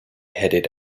headed